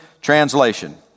Translation